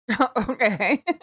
Okay